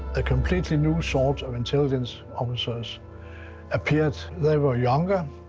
a completely new sort of intelligence officers appeared. they were younger.